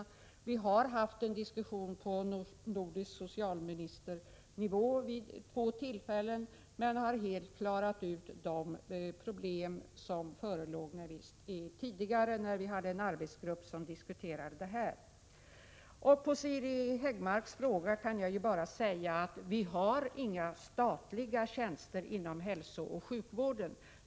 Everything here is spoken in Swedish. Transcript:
Vi har vid två tillfällen haft en diskussion om den på nordisk socialministernivå, men vi har nu helt klarat ut de tidigare föreliggande problem som diskuterades i en särskild arbetsgrupp. På Siri Häggmarks fråga kan jag bara svara att vi inte har några statliga tjänster inom hälsooch sjukvården.